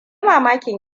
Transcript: mamakin